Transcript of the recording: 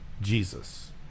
jesus